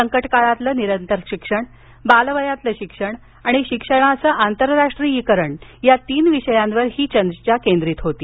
संकट काळातील निरंतर शिक्षण बालवयातील शिक्षण आणि शिक्षणाचं आंतरराष्ट्रीयकरण या तीन विषयांवर ही चर्चा केंद्रित होती